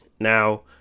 Now